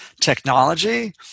technology